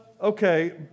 okay